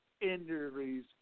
injuries